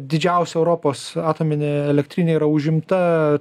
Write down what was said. didžiausia europos atominė elektrinė yra užimta